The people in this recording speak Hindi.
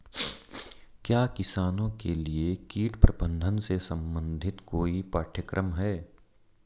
क्या किसानों के लिए कीट प्रबंधन से संबंधित कोई पाठ्यक्रम है?